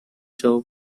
jaw